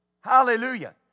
Hallelujah